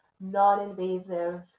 non-invasive